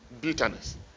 bitterness